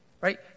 Right